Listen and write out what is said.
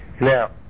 Now